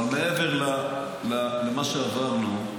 אבל מעבר למה שעברנו,